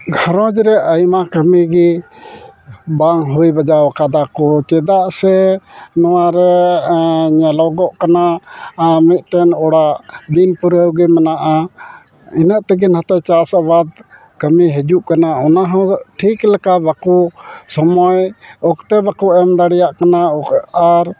ᱜᱷᱟᱨᱚᱸᱡᱽ ᱨᱮ ᱟᱭᱢᱟ ᱠᱟᱹᱢᱤ ᱜᱮ ᱵᱟᱝ ᱦᱩᱭ ᱵᱟᱡᱟᱣ ᱠᱟᱫᱟ ᱠᱳ ᱪᱮᱫᱟᱜ ᱥᱮ ᱱᱚᱣᱟ ᱨᱮ ᱧᱮᱞᱚᱜᱚᱜ ᱠᱟᱱᱟ ᱢᱤᱫᱴᱮᱱ ᱚᱲᱟᱜ ᱵᱤᱱ ᱯᱩᱨᱟᱹᱣ ᱜᱮ ᱢᱮᱱᱟᱜᱼᱟ ᱤᱱᱟᱹᱜ ᱛᱮᱜᱮ ᱱᱟᱛᱮ ᱪᱟᱥ ᱟᱵᱟᱫᱽ ᱠᱟᱹᱢᱤ ᱦᱤᱡᱩᱜ ᱠᱟᱱᱟ ᱚᱱᱟ ᱦᱚᱸ ᱴᱷᱤᱠ ᱞᱮᱠᱟ ᱵᱟᱠᱳ ᱥᱚᱢᱚᱭ ᱚᱠᱛᱮ ᱵᱟᱠᱚ ᱮᱢ ᱫᱟᱲᱮᱭᱟᱜ ᱠᱟᱱᱟ ᱟᱨ